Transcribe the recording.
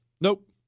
Nope